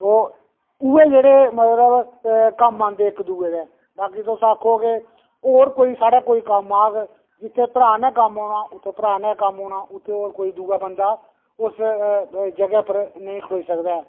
ओह् उ'ऐ जेह्ड़े मतलब कम्म औंंदे इक दूए दे बाकी तुस आखो कि होर कोई साढ़े कोई कम्म औग जित्थै भ्राऽ ने कम्म औना उत्थै भ्राऽ ने गै कम्म औना उत्थै होर कोई दूआ बंदा उस जगहै पर नेईं खड़ोई सकदा ऐ